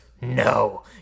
no